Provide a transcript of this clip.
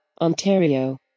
Ontario